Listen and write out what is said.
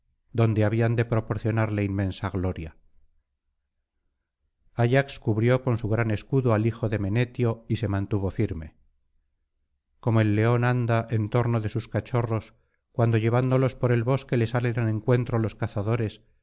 donde habían de proporcionarle inmensa gloria ayax cubrió con su gran escudo al hijo de menetio y se mantuvo firme como el león anda en torno de sus cachorros cuando llevándolos por el bosque le salen al encuentro los cazadores